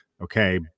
okay